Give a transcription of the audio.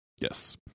Yes